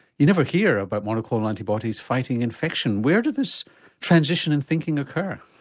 you never hear about monoclonal antibodies fighting infection. where did this transition in thinking occur?